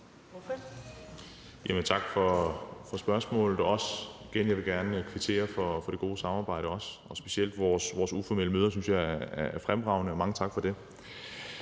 (S): Tak for spørgsmålet. Jeg vil igen også gerne kvittere for det gode samarbejde. Specielt vores uformelle møder synes jeg er fremragende, så mange tak for det.